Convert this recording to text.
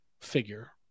figure